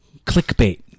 clickbait